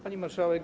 Pani Marszałek!